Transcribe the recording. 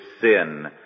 sin